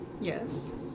Yes